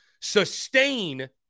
sustain